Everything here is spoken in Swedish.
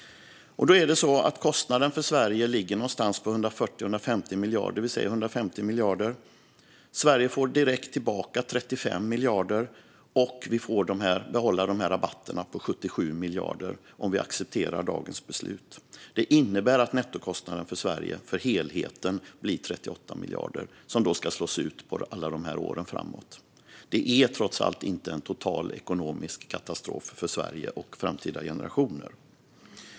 Kostnaden för Sverige ligger någonstans på 140-150 miljarder - vi säger 150 miljarder. Sverige får direkt tillbaka 35 miljarder, och vi får behålla rabatterna på 77 miljarder om vi accepterar dagens beslut. Det innebär att nettokostnaden för helheten för Sverige blir 38 miljarder, som då ska slås ut på alla år framöver. Det är trots allt inte en total ekonomisk katastrof för Sverige och framtida generationer.